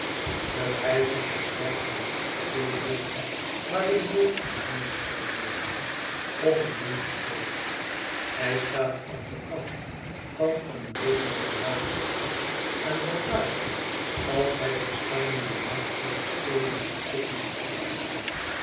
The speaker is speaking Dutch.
de reiziger zwerf door dichtbegroeide bosschen waarin nooit een zonnestraal doordrong of een windje speelde hij staat op den kant van een bulderenden waterval en wordt duizelig als hij het schuimende nat over steenen en klippen ziet bruisen